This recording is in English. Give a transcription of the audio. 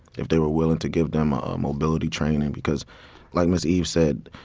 if they were willing to give them ah ah mobility training because like miss eve said,